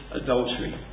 adultery